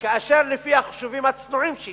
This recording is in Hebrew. וכאשר לפי החישובים הצנועים שלי